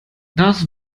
das